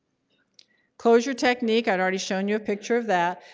closure technique i'd already shown you a picture of that.